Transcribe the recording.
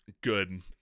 Good